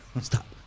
Stop